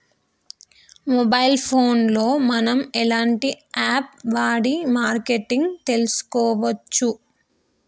Mobile phone లో మనం ఎలాంటి యాప్ వాడి మార్కెటింగ్ తెలుసుకోవచ్చు?